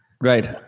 Right